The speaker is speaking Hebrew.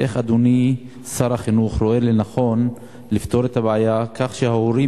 איך אדוני שר החינוך רואה לנכון לפתור את הבעיה כך שההורים